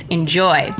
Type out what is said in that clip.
Enjoy